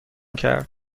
کرد